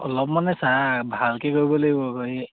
অলপমানে চা ভালকে কৰিব লাগিব এই